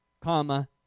comma